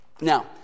Now